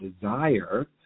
desire